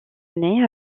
année